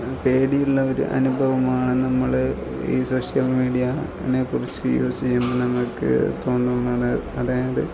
പേടിയുള്ള ഒരു അനുഭവമാണ് നമ്മൾ ഈ സോഷ്യൽ മീഡിയാനെ കുറിച്ച് യൂസ് ചെയ്യുമ്പോൾ നമുക്ക് തോന്നുന്നത് അതായത്